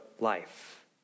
life